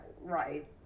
right